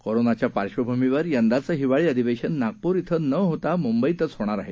कोरोनाच्या पार्श्वभूमीवर यंदाचं हिवाळी अधिवेशन नागपूर क्वे न होता मुंबईतच होणार आहे